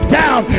down